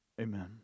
Amen